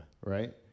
right